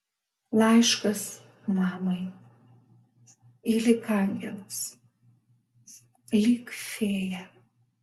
laiškas mamai ji lyg angelas lyg fėja